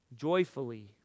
joyfully